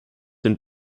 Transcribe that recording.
den